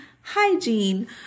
hygiene